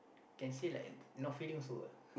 can say like no feeling also ah